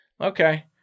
Okay